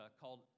called